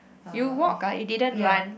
you walk ah you didn't run